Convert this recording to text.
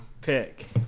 pick